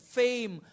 fame